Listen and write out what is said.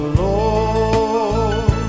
lord